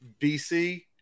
BC